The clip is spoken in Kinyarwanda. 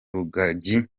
rugagi